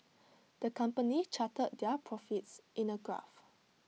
the company charted their profits in A graph